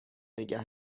نگه